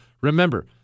Remember